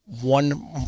One